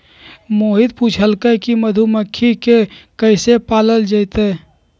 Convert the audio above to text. मोहित पूछलकई कि मधुमखि के कईसे पालल जतई